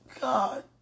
God